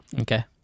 Okay